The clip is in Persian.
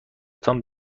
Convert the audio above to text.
تان